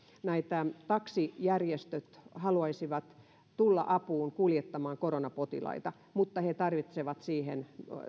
taksijärjestöt haluaisivat tulla apuun kuljettamaan koronapotilaita mutta he tarvitsevat siihen